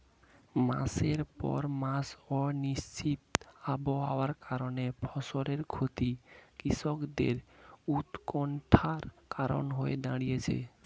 মাসের পর মাস অনিশ্চিত আবহাওয়ার কারণে ফসলের ক্ষতি কৃষকদের উৎকন্ঠার কারণ হয়ে দাঁড়িয়েছে